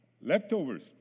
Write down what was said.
Leftovers